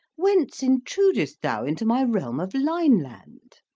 whence intrudest thou into my realm of lineland?